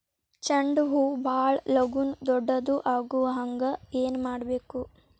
ಚಂಡ ಹೂ ಭಾಳ ಲಗೂನ ದೊಡ್ಡದು ಆಗುಹಂಗ್ ಏನ್ ಮಾಡ್ಬೇಕು?